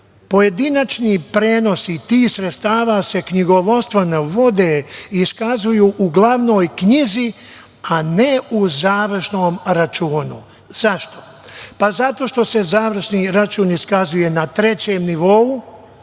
sredstava. Pojedinačni prenosi tih sredstava se knjigovodstveno vode i iskazuju u glavnoj knjizi, a ne u završnom računu. Zašto? Pa, zato što se završni račun iskazuje na trećem nivou